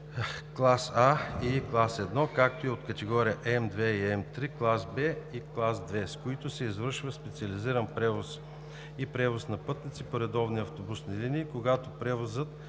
клас А и клас I, както и от категории М2 и М3, клас В и клас II, с които се извършва специализиран превоз и превоз на пътници по редовни автобусни линии, когато превозът